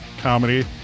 comedy